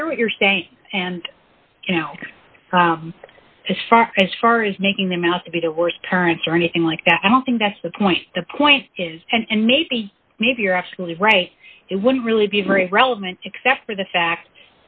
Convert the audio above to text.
i hear what you're saying and you know as far as making them out to be the worst currents or anything like that i don't think that's the point the point is and maybe maybe you're absolutely right it wouldn't really be very relevant except for the fact